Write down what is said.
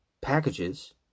packages